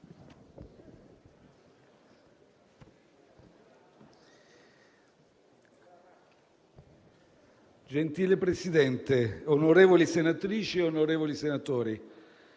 Gentile Presidente, onorevoli senatrici e onorevoli senatori,